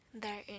therein